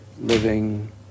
living